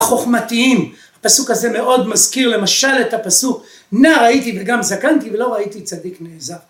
חוכמתיים הפסוק הזה מאוד מזכיר למשל את הפסוק ״נא ראיתי וגם זקנתי ולא ראיתי צדיק נעזב״